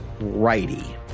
righty